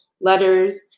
letters